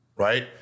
Right